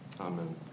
Amen